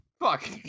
Fuck